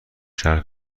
شهر